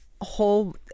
whole